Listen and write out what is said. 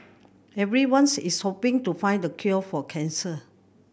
everyone's is hoping to find the cure for cancer